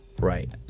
Right